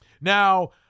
Now